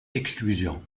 exclusion